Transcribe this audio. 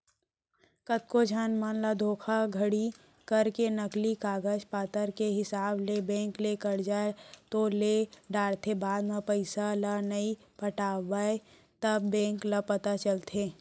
कतको झन मन धोखाघड़ी करके नकली कागज पतर के हिसाब ले बेंक ले करजा तो ले डरथे बाद म पइसा ल नइ पटावय तब बेंक ल पता चलथे